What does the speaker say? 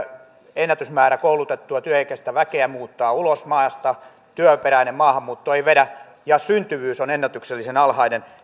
ennätysmäärä koulutettua työikäistä väkeä muuttaa ulos maasta työperäinen maahanmuutto ei vedä ja syntyvyys on ennätyksellisen alhainen